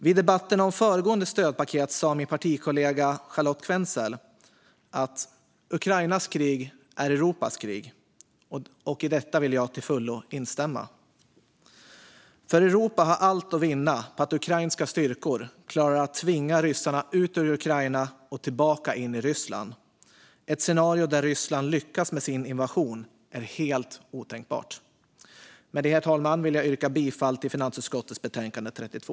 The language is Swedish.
Vid debatten om föregående stödpaket sa min partikollega Charlotte Quensel att "Ukrainas krig är Europas krig". I detta vill jag till fullo instämma. Europa har allt att vinna på att ukrainska styrkor klarar att tvinga ryssarna ut ur Ukraina och tillbaka in i Ryssland. Ett scenario där Ryssland lyckas med sin invasion är helt otänkbart. Med det, herr talman, vill jag yrka bifall till finansutskottets förslag i betänkande 32.